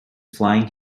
flying